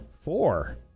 Four